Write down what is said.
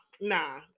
nah